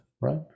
right